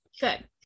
good